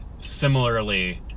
similarly